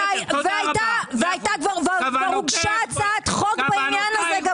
וגם הוגשה הצעת חוק בעניין הזה,